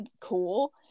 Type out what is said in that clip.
cool